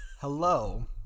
Hello